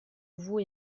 vous